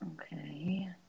okay